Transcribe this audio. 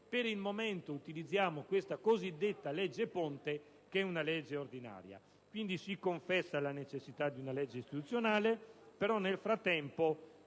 verrà utilizzata questa, cosiddetta legge ponte, che è ordinaria. Quindi, si confessa la necessità di una legge costituzionale, però, nel frattempo,